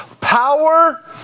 power